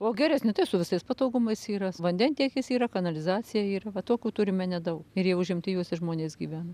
o geresni tai su visais patogumais yra vandentiekis yra kanalizacija yra va tokių turime nedaug ir jie užimti juose žmonės gyvena